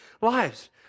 lives